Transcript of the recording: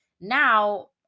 Now